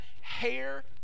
hair